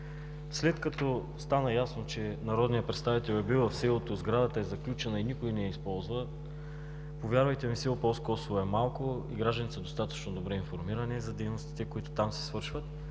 След като стана ясно, че народен представител е бил в селото, сградата е заключена и никой не я използва – повярвайте ми, село Полско Косово е малко и гражданите са достатъчно добре информирани за дейностите, които там се извършват